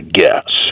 guess